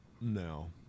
No